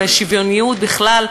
לשוויוניות בכלל,